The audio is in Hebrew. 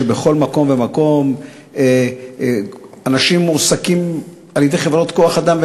שבכל מקום ומקום אנשים מועסקים על-ידי חברות כוח-אדם,